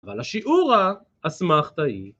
אבל השיעורא אסמכתא היא.